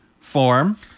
form